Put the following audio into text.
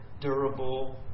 durable